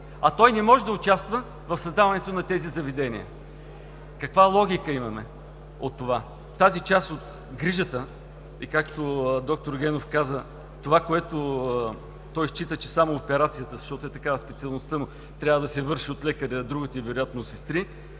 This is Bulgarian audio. а той не може да участва в създаването на тези заведения. Каква логика има в това? Тази част от грижата, както и доктор Генов каза, той счита, че само операцията, защото е такава специалността му, трябва да се върши от лекаря, а другото вероятно от сестри,